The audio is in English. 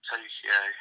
Tokyo